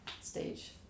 stage